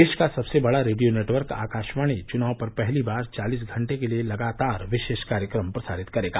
देश का सबसे बड़ा रेडियो नेटवर्क आकाशवाणी चुनाव पर पहली बार चालिस घंटे के लिए लगातार विशेष कार्यक्रम प्रसारित करेगा